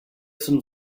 some